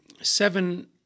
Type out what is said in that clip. seven